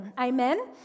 Amen